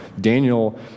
Daniel